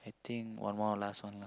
think one more last one lah